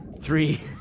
Three